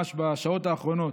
ממש בשעות האחרונות,